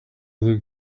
look